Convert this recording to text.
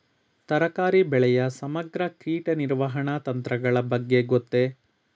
ತರಕಾರಿ ಬೆಳೆಯ ಸಮಗ್ರ ಕೀಟ ನಿರ್ವಹಣಾ ತಂತ್ರಗಳ ಬಗ್ಗೆ ಗೊತ್ತೇ?